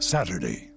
Saturday